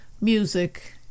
music